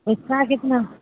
اتنا کتنا